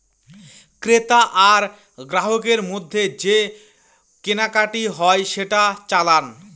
ক্রেতা আর গ্রাহকের মধ্যে যে কেনাকাটি হয় সেটা চালান